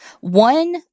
One